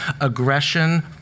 aggression